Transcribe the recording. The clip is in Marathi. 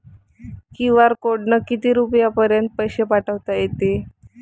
क्यू.आर कोडनं किती रुपयापर्यंत पैसे पाठोता येते?